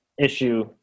issue